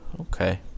Okay